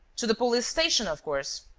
to the police-station, of course.